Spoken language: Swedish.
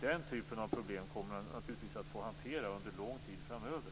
Den typen av problem kommer man naturligtvis att få hantera under lång tid framöver.